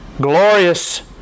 glorious